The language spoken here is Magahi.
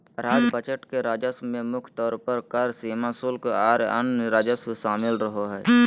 राज्य बजट के राजस्व में मुख्य तौर पर कर, सीमा शुल्क, आर अन्य राजस्व शामिल रहो हय